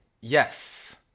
Yes